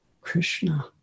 Krishna